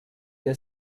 der